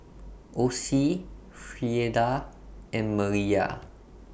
Osie Frieda and Maliyah